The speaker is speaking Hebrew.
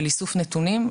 של איסוף נתונים,